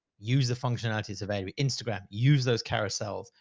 use the functionalities available. instagram, use those carousels.